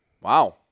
wow